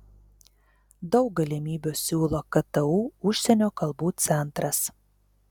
daug galimybių siūlo ktu užsienio kalbų centras